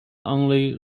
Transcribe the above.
only